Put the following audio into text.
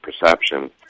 perception